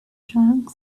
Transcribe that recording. drank